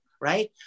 right